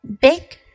Big